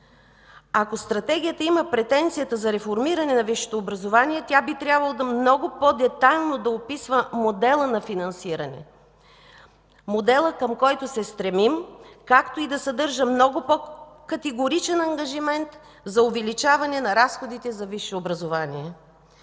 Ако Стратегията има претенцията за реформиране на висшето образование, тя би трябвало много по-детайлно да описва модела на финансиране –моделът, към който се стремим, както и да съдържа много по-категоричен ангажимент за увеличаване на разходите за висше образование.